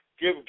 give